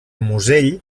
musell